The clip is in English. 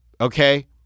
okay